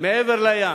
מעבר לים,